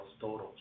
total